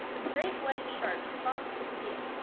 a great white shark spots a seal.